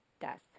death